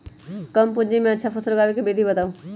कम पूंजी में अच्छा फसल उगाबे के विधि बताउ?